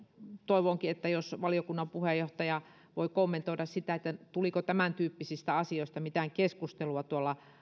toivonkin että jos valiokunnan puheenjohtaja voi kommentoida sitä että tuliko tämäntyyppisistä asioista mitään keskustelua tuolla